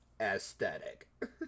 aesthetic